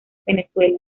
venezuela